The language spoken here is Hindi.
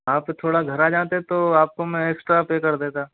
आप थोड़ा घर आ जाते तो आपको मैं एक्स्ट्रा पे कर देता